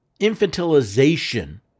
infantilization